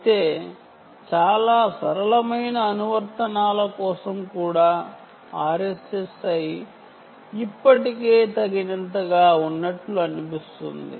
అయితే చాలా సరళమైన అనువర్తనాల కోసం కూడా RSSI ఇప్పటికే తగినంతగా ఉన్నట్లు అనిపిస్తుంది